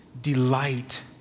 delight